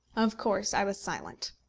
of course i was silent.